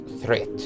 threat